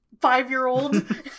Five-year-old